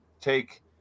take